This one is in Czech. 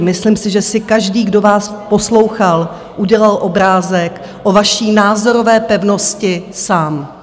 Myslím si, že si každý, kdo vás poslouchal, udělal obrázek o vaší názorové pevnosti sám.